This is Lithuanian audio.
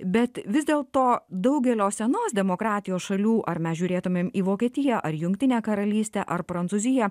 bet vis dėl to daugelio senos demokratijos šalių ar mes žiūrėtumėm į vokietiją ar jungtinę karalystę ar prancūziją